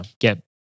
get